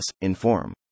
Inform